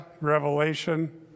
Revelation